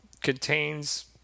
Contains